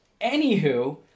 Anywho